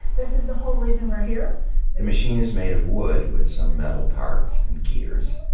this is the whole reason we're here. the machine is made of wood, with some metal parts and gears.